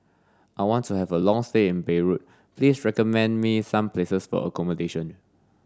I want to have a long stay in Beirut please recommend me some places for accommodation